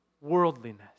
worldliness